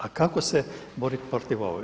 A kako se boriti protiv ovoga?